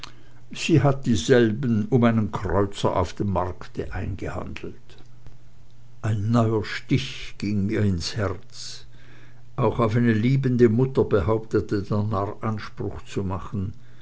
sie hat dieselben um einen kreuzer auf dem markte eingehandelt ein neuer stich ging mir ins herz auch auf eine liebende mutter behauptete der narr anspruch zu machen